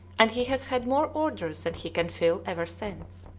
and he has had more orders than he can fill ever since.